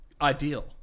Ideal